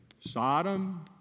Sodom